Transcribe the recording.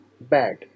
bad